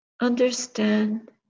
understand